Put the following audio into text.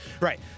Right